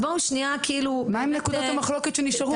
מה נקודות המחלוקת שנשארו?